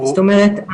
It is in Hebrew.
זאת אומרת,